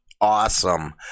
awesome